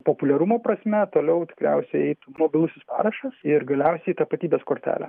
populiarumo prasme toliau tikriausiai eitų mobilusis parašas ir galiausiai tapatybės kortele